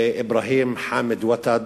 לאברהים חאמד ותאד,